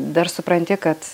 dar supranti kad